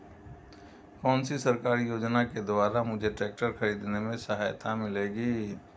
कौनसी सरकारी योजना के द्वारा मुझे ट्रैक्टर खरीदने में सहायता मिलेगी?